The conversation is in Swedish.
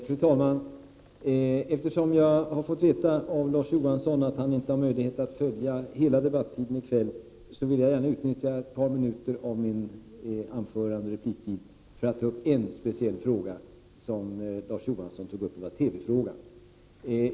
Fru talman! Eftersom jag har fått veta av Larz Johansson att han inte har möjlighet att följa hela debatten i kväll vill jag gärna utnyttja ett par minuter av min taletid till att ta upp en speciell fråga som Larz Johansson berörde, nämligen TV-frågan.